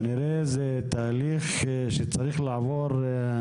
זה תהליך מסובך מאוד.